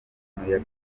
yakorewe